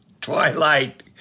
twilight